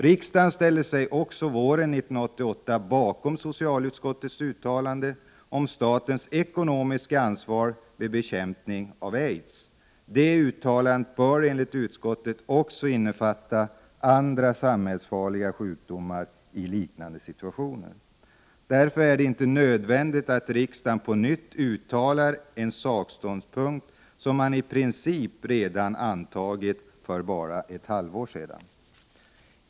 Riksdagen ställde sig också våren 1988 bakom socialutskottets uttalande om statens ekonomiska ansvar vid bekämpningen av aids. Det uttalandet bör enligt utskottet också innefatta andra samhällsfarliga sjukdomar i liknande situationer. Det är därför inte nödvändigt att riksdagen på nytt skall uttala en sakståndpunkt som man i princip redan antog för bara ett halvt år sedan.